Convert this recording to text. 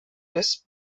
des